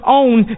own